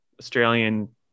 australian